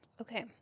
Okay